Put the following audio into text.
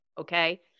Okay